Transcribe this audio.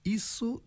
isso